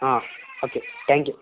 ಹಾಂ okay thank you